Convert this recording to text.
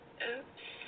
Oops